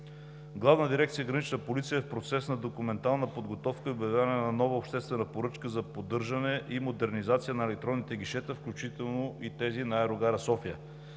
Главна дирекция „Гранична полиция“ е в процес на документална подготовка за обявяване на нова обществена поръчка за поддържане и модернизация на електронните гишета, включително и тези на аерогара София.